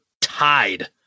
Tied